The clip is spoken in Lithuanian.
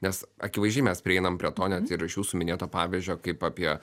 nes akivaizdžiai mes prieinam prie to net ir iš jūsų minėto pavyzdžio kaip apie